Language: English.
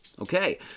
Okay